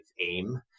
AIM